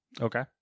Okay